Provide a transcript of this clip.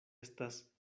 estas